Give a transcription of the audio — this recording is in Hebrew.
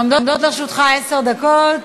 עומדות לרשותך עשר דקות